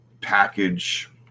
package